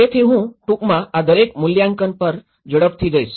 તેથી હું ટૂંકમાં આ દરેક મૂલ્યાંકન પર ઝડપથી જઈશ